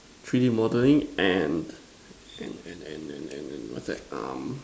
three D modelling and and and and and and what's that um